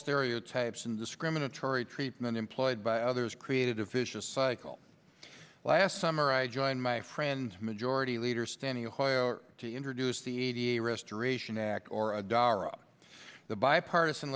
stereotypes and discriminatory treatment employed by others created a vicious cycle last summer i joined my friend majority leader standing to introduce the eighty restoration act or a dollar of the bipartisan